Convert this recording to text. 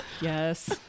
Yes